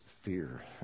fear